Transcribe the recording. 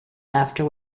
after